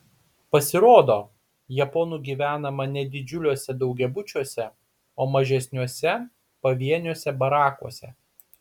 pasirodo japonų gyvenama ne didžiuliuose daugiabučiuose o mažesniuose pavieniuose barakuose